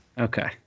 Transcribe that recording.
Okay